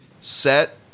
set